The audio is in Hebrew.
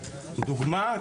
דוגמה,